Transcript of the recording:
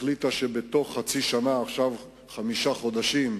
והחליטה שבתוך חצי שנה, חמישה חודשים,